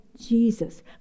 Jesus